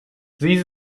sie